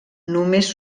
només